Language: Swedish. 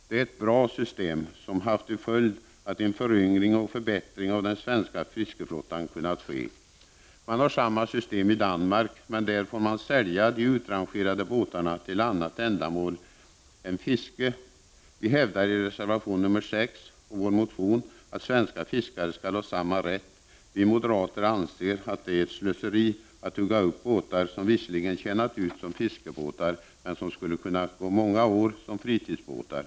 Det är ett bra system som haft till följd att en föryngring och en förbättring av den svenska fiskeflottan kunnat ske. Man har i Danmark samma system, men där får man sälja de utrangerade båtarna så att dessa kan användas till annat ändamål än fiske. Vi hävdar i reservation 6 och i vår motion att svenska fiskare skall ha samma rätt. Vi moderater anser att det är ett slöseri att hugga upp båtar som visserligen tjänat ut som fiskebåtar, men som skulle kunna gå många år som fritidsbåtar.